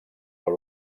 per